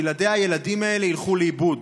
בלעדיה הילדים האלה ילכו לאיבוד.